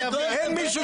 אני דואג לבנט.